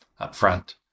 upfront